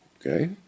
Okay